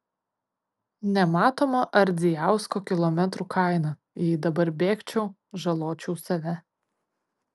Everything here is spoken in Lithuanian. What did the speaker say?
nematoma ardzijausko kilometrų kaina jei dabar bėgčiau žaločiau save